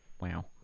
Wow